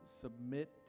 submit